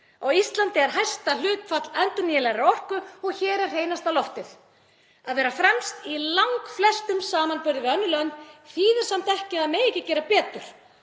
Á Íslandi er hæsta hlutfall endurnýjanlegrar orku og hér er hreinasta loftið. Að vera fremst í langflestum samanburði við önnur lönd þýðir samt ekki að það megi ekki gera betur.